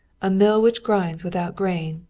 a mill which grinds without grain,